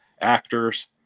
actors